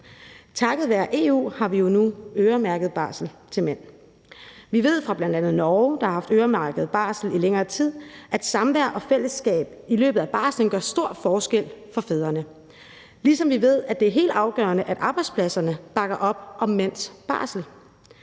Takket være EU har vi jo nu øremærket barsel til mænd. Vi ved fra bl.a. Norge, der har haft øremærket barsel i længere tid, at samvær og fællesskab i løbet af barslen gør en stor forskel for fædrene, ligesom vi ved, at det er helt afgørende, at arbejdspladserne bakker op om mænds barsel.